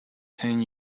ten